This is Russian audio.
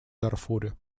дарфуре